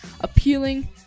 appealing